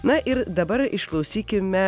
na ir dabar išklausykime